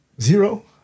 Zero